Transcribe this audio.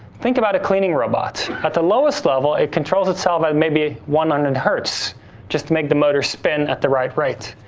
think about a cleaning robot. at the lower level, it controls itself by maybe one hundred hertz just to make the motor spin at the right rate,